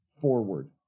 forward